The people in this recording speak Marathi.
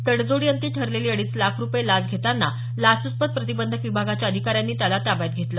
तडजोडी अंती ठरलेली अडीच लाख रुपये लाच घेताना लाचल्चपत प्रतिबंधक विभागाच्या अधिकाऱ्यांनी त्याला ताब्यात घेतलं